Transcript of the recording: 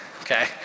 Okay